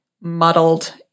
muddled